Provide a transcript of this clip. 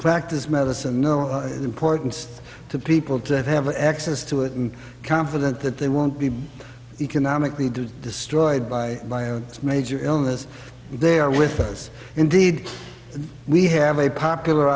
practice medicine know importance to people that have access to it i'm confident that they won't be economically to destroyed by my own major illness they are with us indeed we have a popular